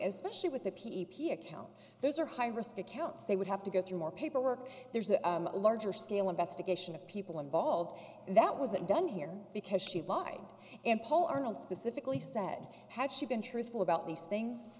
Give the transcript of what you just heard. as specially with the p p account those are high risk accounts they would have to go through more paperwork there's a larger scale investigation of people involved that wasn't done here because she lied and poll arnold specifically said had she been truthful about these things